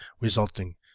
resulting